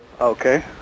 Okay